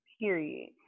Period